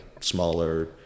smaller